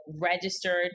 registered